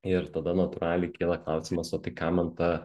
ir tada natūraliai kyla klausimas o tai kam man ta